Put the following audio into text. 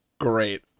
Great